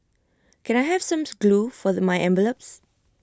can I have some glue for my envelopes